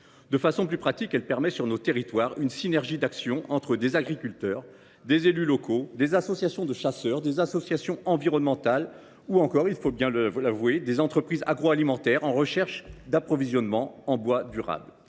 De façon plus pratique, elle crée, dans nos territoires, une synergie entre agriculteurs, élus locaux, associations de chasseurs, associations environnementales, ou encore – il faut le reconnaître – entreprises agroalimentaires en recherche d’approvisionnement en bois durable.